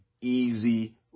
easy